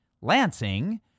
Lansing